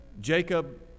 Jacob